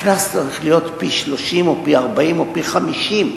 הקנס צריך להיות פי-30 או פי-40 או פי-50,